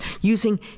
using